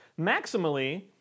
Maximally